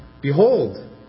behold